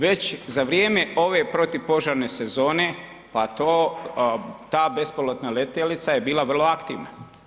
Već za vrijeme ove protupožarne sezone, pa ta bespilotna letjelica je bila vrlo aktivna.